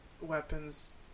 Weapons